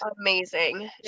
Amazing